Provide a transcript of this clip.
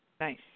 Nice